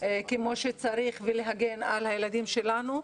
כמו שצריך ולהגן על הילדים שלנו,